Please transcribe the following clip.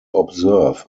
observe